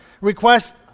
request